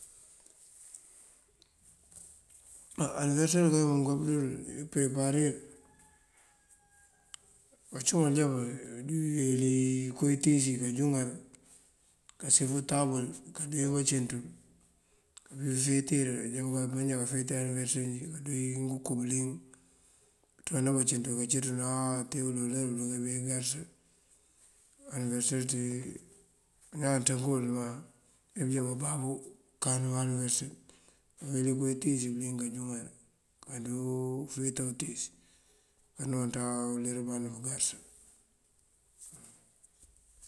Á aniberëser mon key këma pëndoo dël këpëpëreparir. Bacumal ajá dí weli inko intíis iyí kanjúŋar kacef untabël kandúu wí bancínţ ţul bí fetir, yunk dunjá bufetir aniberëser njí. Kando ngënko bëliyëng kënţúuwana bancínţ ţël bunka cí ţuláa tee uloŋ uler bunduna garësër. Aniberëser ţí bañaan ţënkëyil má bënjoo bunjá bababú kanun aniberëser. Këweli inko intíis yun kanjúŋar, kandoo ufeta untíis kanonţa uler band bungarësa.